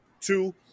two